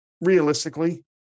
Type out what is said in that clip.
realistically